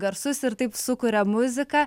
garsus ir taip sukuria muziką